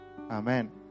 Amen